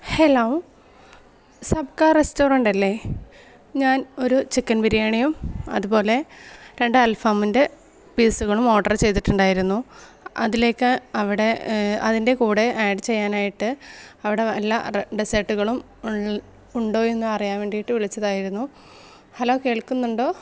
hello സബ്ക്കാർ restaurant അല്ലെ ഞാൻ ഒരു ചിക്കൻ ബിരിയാണിയും അതുപോലെ രണ്ട് അൽഫഹമിൻ്റെ പീസുകളും ഓർഡർ ചെയ്തിട്ടുണ്ടായിരുന്നു അതിലേക്ക് അവിടെ അതിൻ്റെ കൂടെ ആഡ് ചെയ്യാനായിട്ട് അവിടെ എല്ലാ ഡെസേർട്ടുകളും ഉള്ള ഉണ്ടോ എന്ന് അറിയാൻ വേണ്ടിയിട്ട് വിളിച്ചതായിരുന്നു ഹലോ കേൾക്കുന്നുണ്ടോ